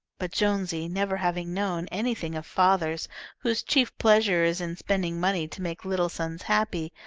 but jonesy never having known anything of fathers whose chief pleasure is in spending money to make little sons happy,